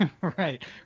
Right